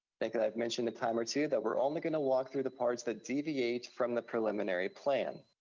think i've mentioned a time or two that we're only gonna walk through the parts that deviate from the preliminary plan.